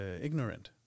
ignorant